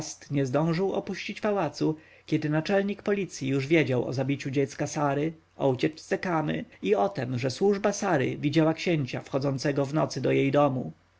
zdążył opuścić pałacu kiedy naczelnik policji już wiedział o zabiciu dziecka sary o ucieczce kamy i o tem że służba sary widziała księcia wchodzącego w nocy do jej domu